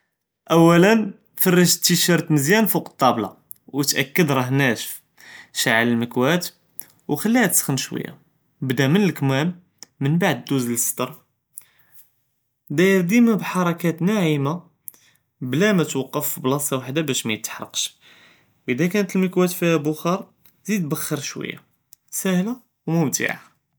אוּלא פרס תִיְשֶרְט מזְיַאן פוק טאבְּלה، ותאַכּּד ראה נאשף، שְעל למכּואַה، נְכלִיהא תְסְחְן שְוִיָה، בדָא מן אלכְמָאם מעדּ דוּן לצְדֶר، דיר דַיים בּחַרכּאת נַעְמָה، בלא מאתוְקף פבּלאצָה וְחדה בּאש מא יִתחְרקְש، אִדָא כאנת למכּואַה פִיהָא בּחַאר זִיד בְּחַר שְוִיָה, סאהְלה ומֻמתִע.